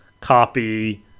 copy